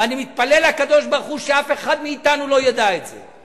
ואני מתפלל לקדוש-ברוך-הוא שאף אחד מאתנו לא ידע את זה,